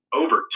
over